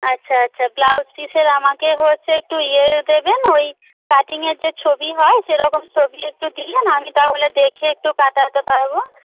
আচ্ছা আচ্ছা ব্লাউজ পিসের আমাকে হচ্ছে একটু ইয়ে দেবেন ওই কাটিংয়ের যে ছবি হয় সেরকম ছবি একটু দিলেন আমি তাহলে দেখে একটু কাটাতে পারবো